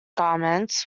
garments